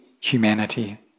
humanity